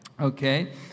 okay